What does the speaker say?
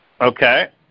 Okay